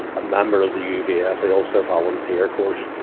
a member of the uvf, the ulster volunteer corps.